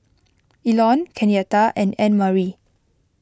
Elon Kenyatta and Annmarie